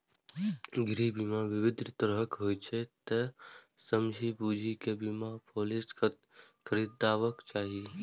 गृह बीमा विभिन्न तरहक होइ छै, तें समझि बूझि कें बीमा पॉलिसी खरीदबाक चाही